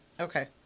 Okay